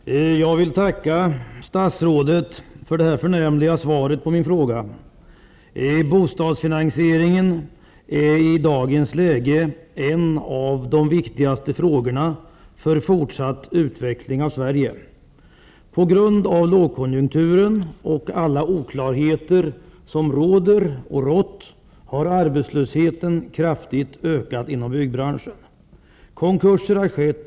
Fru talman! Jag vill tacka statsrådet för det förnämliga svaret på min fråga. Bostadsfinansieringen är i dagens läge en av de viktigaste frågorna för fort satt utveckling av Sverige. På grund av lågkonjunkturen och alla oklarheter som har rått och fortfa rande råder har arbetslösheten inom byggbranschen kraftigt ökat.